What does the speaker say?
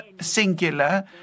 singular